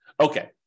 Okay